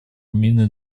мины